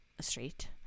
Street